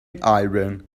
iran